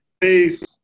Peace